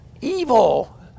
evil